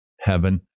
heaven